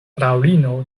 fraŭlino